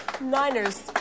Niners